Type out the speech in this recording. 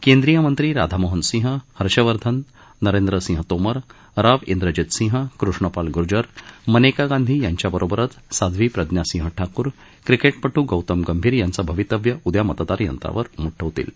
केंद्रीय मंत्री राधामोहन सिंह हर्षवर्धन नरेंद्र सिंह तोमर राव द्वेजित सिंह कृष्ण पाल गुर्जर मनेका गांधी यांच्या बरोबरच साध्वी प्रज्ञा सिंह ठाकूर क्रिकेटपटू गौतम गंभीर यांचं भवितव्य उद्या मतदार यंत्रावर उमटवतील